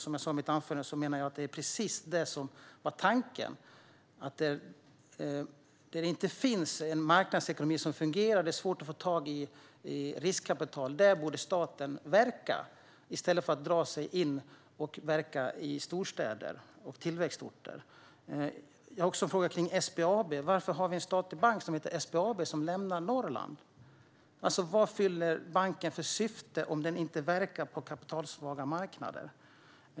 Som jag sa i mitt anförande menar jag att det är precis det som var tanken - staten borde verka där det inte finns en marknadsekonomi som fungerar och där det är svårt att få tag i riskkapital i stället för att dra sig in och verka i storstäder och på tillväxtorter. Jag har också en fråga om SBAB. Varför har vi en statlig bank med detta namn som lämnar Norrland? Vilken funktion fyller banken om den inte verkar på kapitalsvaga marknader?